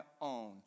own